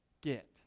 get